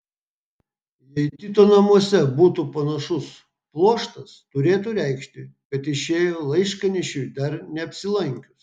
jei tito namuose būtų panašus pluoštas turėtų reikšti kad išėjo laiškanešiui dar neapsilankius